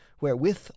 wherewith